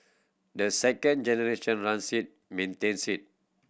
the second generation runs it maintains it